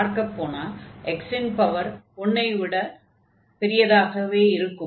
பார்க்கப் போனால் x இன் பவர் 1 என்ற எண்ணை விட பெரியதாகவே இருக்கும்